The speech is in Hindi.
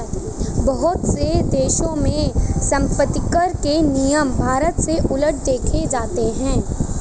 बहुत से देशों में सम्पत्तिकर के नियम भारत से उलट देखे जाते हैं